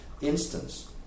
instance